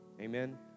Amen